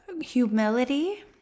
humility